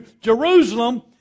Jerusalem